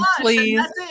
please